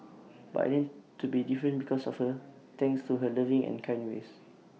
but I learnt to be different because of her thanks to her loving and kind ways